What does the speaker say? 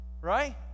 Right